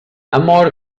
amor